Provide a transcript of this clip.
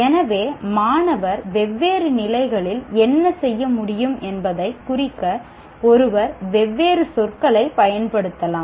எனவே மாணவர் வெவ்வேறு நிலைகளில் என்ன செய்ய முடியும் என்பதைக் குறிக்க ஒருவர் வெவ்வேறு சொற்களைப் பயன்படுத்தலாம்